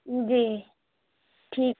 जी ठीक